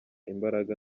imbaraga